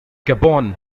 gabon